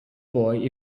boy